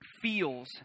feels